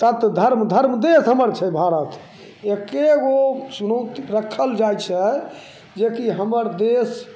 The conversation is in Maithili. सत धर्म धर्म देश हमर देश छै हमर भारत एक्केगो चुनौती रखल जाइ छै जेकि हमर देश